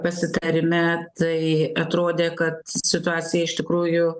pasitarime tai atrodė kad situacija iš tikrųjų